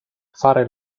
fare